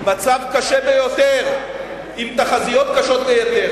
מצב קשה ביותר, עם תחזיות קשות ביותר.